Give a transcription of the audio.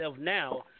now